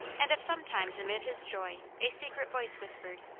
and if sometimes amid his joy a secret voice whispered,